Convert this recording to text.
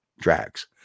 tracks